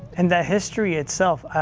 and the history itself,